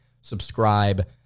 subscribe